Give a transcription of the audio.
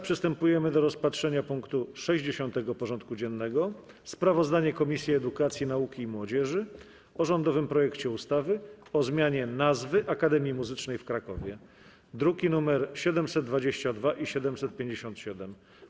Przystępujemy do rozpatrzenia punktu 60. porządku dziennego: Sprawozdanie Komisji Edukacji, Nauki i Młodzieży o rządowym projekcie ustawy o zmianie nazwy Akademii Muzycznej w Krakowie (druki nr 722 i 757)